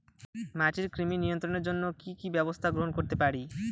মাটির কৃমি নিয়ন্ত্রণের জন্য কি কি ব্যবস্থা গ্রহণ করতে পারি?